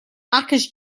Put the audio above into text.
akers